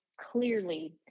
clearly